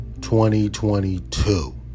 2022